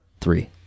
Three